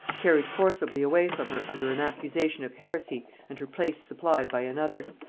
carried forcibly away from her under an accusation of heresy and her place supplied by another.